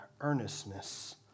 earnestness